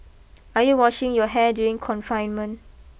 are you washing your hair during confinement